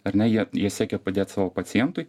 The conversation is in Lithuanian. ar ne jei jie siekia padėti savo pacientui